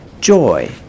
Joy